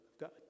God